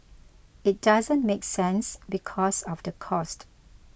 it doesn't make sense because of the cost